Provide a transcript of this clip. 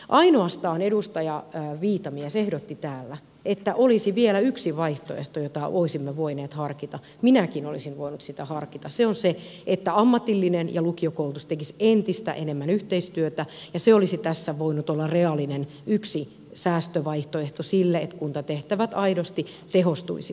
ainoastaan edustaja viitamies ehdotti täällä että olisi vielä yksi vaihtoehto jota olisimme voineet harkita minäkin olisin voinut sitä harkita ja se on se että ammatillinen ja lukiokoulutus tekisivät entistä enemmän yhteistyötä ja se olisi tässä voinut olla reaalinen yksi säästövaihtoehto sille että kuntatehtävät aidosti tehostuisivat